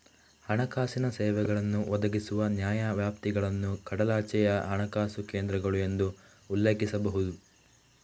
ಹಣಕಾಸಿನ ಸೇವೆಗಳನ್ನು ಒದಗಿಸುವ ನ್ಯಾಯವ್ಯಾಪ್ತಿಗಳನ್ನು ಕಡಲಾಚೆಯ ಹಣಕಾಸು ಕೇಂದ್ರಗಳು ಎಂದು ಉಲ್ಲೇಖಿಸಬಹುದು